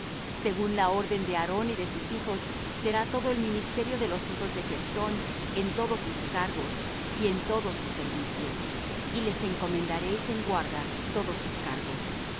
según la orden de aarón y de sus hijos será todo el ministerio de los hijos de gersón en todos sus cargos y en todo su servicio y les encomendaréis en guarda todos sus cargos